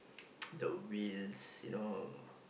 the wheels you know